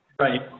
right